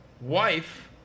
wife